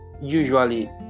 usually